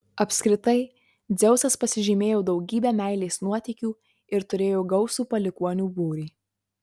apskritai dzeusas pasižymėjo daugybe meilės nuotykių ir turėjo gausų palikuonių būrį